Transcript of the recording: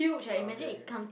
oh K K